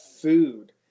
food